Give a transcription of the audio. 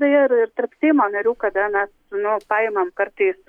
beje ir ir tarp seimo narių kada mes nu paimam kartais